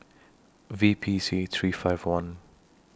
V P C three five one